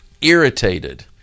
irritated